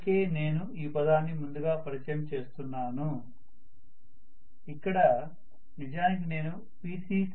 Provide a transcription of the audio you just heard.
అందుకే నేను ఈ పదాన్ని ముందుగా పరిచయం చేస్తున్నాను ఇక్కడ నిజానికి నేను P